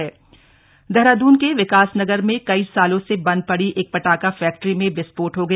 पटाखा फैक्टी देहरादन के विकासनगर में कई सालों से बंद पड़ी एक पटाखा फैक्ट्री में विस्फोट हो गया